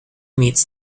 meets